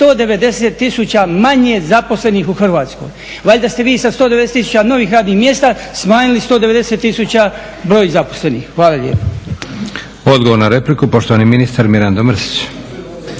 190 tisuća manje zaposlenih u Hrvatskoj. Valjda ste vi sa 190 tisuća novih radnih mjesta smanjili 190 tisuća broj zaposlenih. Hvala lijepa.